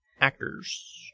actors